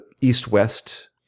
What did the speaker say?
East-West